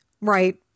Right